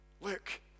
look